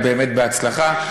אבל באמת בהצלחה.